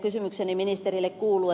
kysymykseni ministerille kuuluu